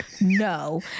no